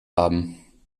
haben